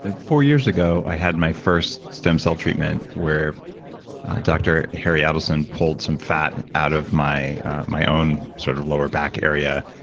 and four years ago, i had my first stem cell treatment where dr. harry adelson pulled some fat out of my my own sort of lower back area,